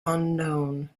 unknown